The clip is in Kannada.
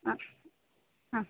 ಹಾಂ ಹಾಂ